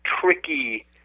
tricky